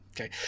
okay